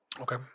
Okay